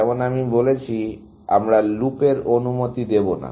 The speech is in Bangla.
যেমন আমি বলেছি আমরা লুপ এর অনুমতি দেবো না